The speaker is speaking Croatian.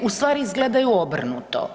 Ustvari izgledaju obrnuto.